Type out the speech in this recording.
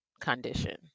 condition